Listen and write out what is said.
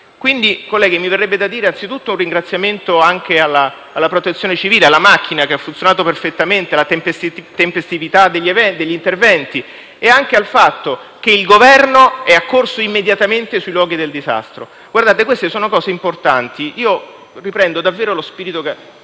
tipo. Colleghi, rivolgo anzitutto un ringraziamento alla Protezione civile, alla macchina che ha funzionato perfettamente, per la tempestività degli interventi. Lo stesso Governo è accorso immediatamente sui luoghi del disastro. Guardate, queste sono cose importanti. Riprendo davvero lo spirito di